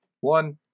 One